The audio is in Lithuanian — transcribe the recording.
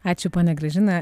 ačiū ponia gražina